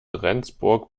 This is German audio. rendsburg